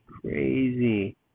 crazy